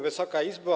Wysoka Izbo!